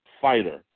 fighter